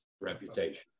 reputation